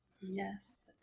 Yes